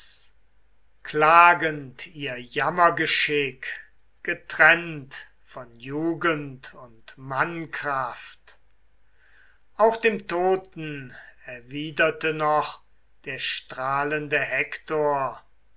klagend ihr jammergeschick getrennt von jugend und mannkraft auch dem toten erwiderte noch der